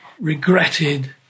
regretted